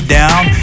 down